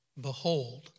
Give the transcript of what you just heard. Behold